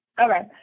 Okay